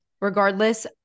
Regardless